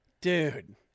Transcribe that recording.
Dude